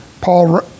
Paul